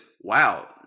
wow